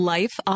Life